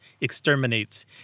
exterminates